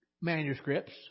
manuscripts